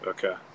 Okay